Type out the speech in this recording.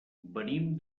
venim